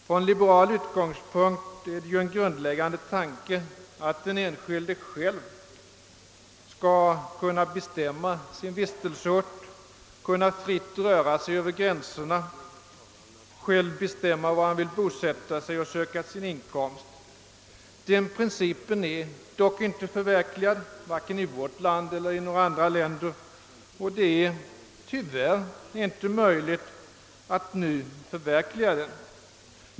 Från liberal utgångspunkt är det en grundläggande tanke att den enskilde själv skall kunna bestämma sin vistelseort, kunna fritt röra sig över gränserna, själv få bestämma var han vill bosätta sig och söka sin inkomst. Denna princip är dock inte förverkligad, vare sig i vårt land eller i några andra länder, och det är tyvärr inte heller möjligt att nu förverkliga den.